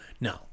No